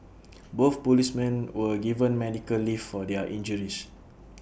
both policemen were given medical leave for their injuries